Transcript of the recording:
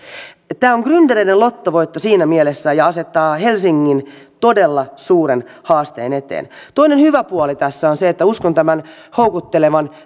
tämä on gryndereiden lottovoitto siinä mielessä ja asettaa helsingin todella suuren haasteen eteen toinen hyvä puoli tässä on se että uskon tämän houkuttelevan